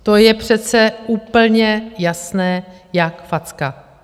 To je přece úplně jasné jak facka.